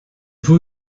peut